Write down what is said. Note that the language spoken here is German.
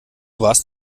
warst